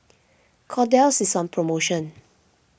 Kordel's is on promotion